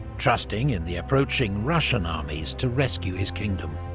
trusting in the approaching russian armies to rescue his kingdom.